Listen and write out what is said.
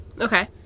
Okay